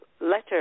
letter